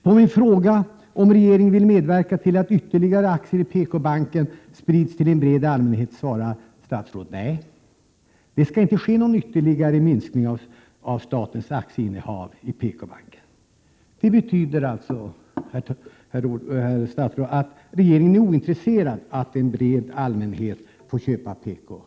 På min fråga om regeringen vill medverka till att ytterligare aktier i PKbanken sprids till en bred allmänhet svarar statsrådet nej — det skall inte ske någon ytterligare minskning av statens aktieinnehav i PKbanken. Det betyder alltså, herr statsråd, att regeringen är ointresserad av att en bred allmänhet får köpa PK-aktier.